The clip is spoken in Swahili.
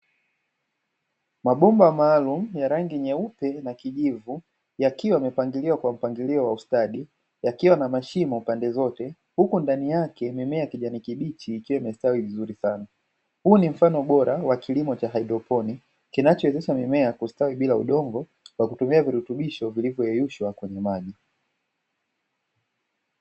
Mabomba maalum ya rangi nyeupe na kijivu yakiwa yamepangiliwa kwa mpangilio wa ustadi yakiwa na mashimo pande zote huku ndani yake mimea ya kijani kibichi ikiwa imestawi vizuri sana. Huu ni mfano bora wa kilimo cha haidroponi kinachohusisha mimea kustawi bila udongo kwa kutumia virutubisho vilivyoyeyushwa kwenye maji.